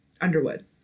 Underwood